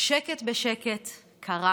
בשקט בשקט קרה